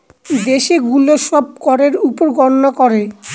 দেশে গুলো সব করের উপর গননা করে